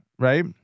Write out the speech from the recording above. right